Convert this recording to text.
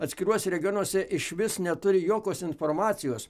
atskiruose regionuose išvis neturi jokios informacijos